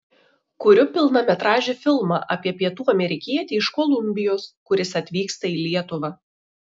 kuriu pilnametražį filmą apie pietų amerikietį iš kolumbijos kuris atvyksta į lietuvą